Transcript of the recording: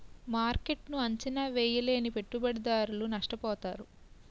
మార్కెట్ను అంచనా వేయలేని పెట్టుబడిదారులు నష్టపోతారు